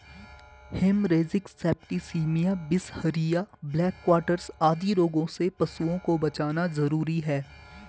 haemorrhagic septicaemia, बिसहरिया, black quarters आदि रोगों से पशुओं को बचाना जरूरी है